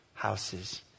Houses